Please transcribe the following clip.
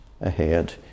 ahead